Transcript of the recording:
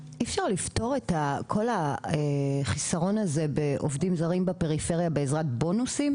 אי אפשר לפתור את כל החיסרון הזה בעובדים זרים בפריפריה בעזרת בונוסים?